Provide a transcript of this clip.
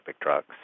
drugs